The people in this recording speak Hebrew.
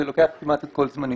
זה לוקח כמעט את כל זמני.